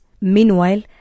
Meanwhile